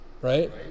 right